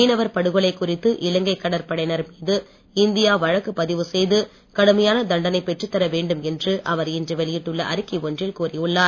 மீனவர் படுகொலை குறித்து இலங்கை கடற்படையினர் மீது இந்தியா வழக்கு பதிவு செய்து கடுமையான தண்டைனை பெற்றுத் தரவேண்டும் என்று அவர் இன்று வெளியிட்டுள்ள அறிக்கை ஒன்றில் கூறியுள்ளார்